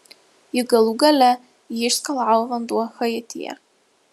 juk galų gale jį išskalavo vanduo haityje